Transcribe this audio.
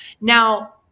Now